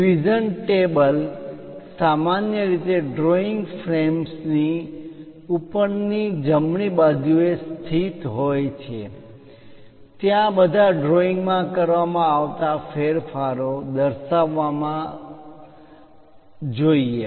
revision table કોષ્ટક table સામાન્ય રીતે ડ્રોઇંગ ફ્રેમની ઉપરની જમણી બાજુએ સ્થિત હોય છે ત્યાં બધા ડ્રોઈંગ માં કરવામાં આવતા ફેરફારો દર્શાવવા જોઈએ